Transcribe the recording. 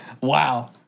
Wow